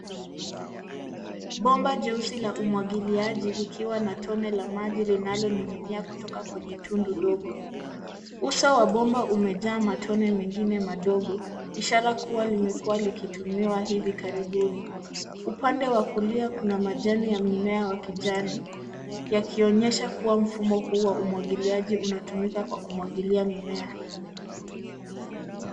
Bomba jeusi la umwagiliaji likiwa na tone la maji linaloningnia kutoka kwenye tundu dogo. Uso wa bomba umejaa matone mengine madogo ishara kuwa limekuwa likitumiwa hivi karibuni , upande wa kulia kuna majani ya mimea ya kijani yakionyesha kuwa mfumo huu wa umwagiliaji unatumika kwa kumwagilia mimea.